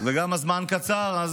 וגם הזמן קצר.